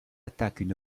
attaquent